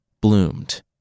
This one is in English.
bloomed